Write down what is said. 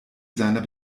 seiner